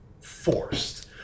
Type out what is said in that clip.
forced